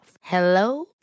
Hello